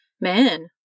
man